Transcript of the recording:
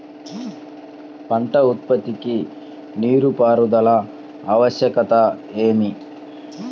పంట ఉత్పత్తికి నీటిపారుదల ఆవశ్యకత ఏమి?